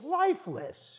lifeless